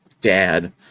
dad